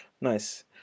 Nice